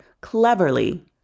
CLEVERLY